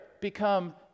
become